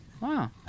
Wow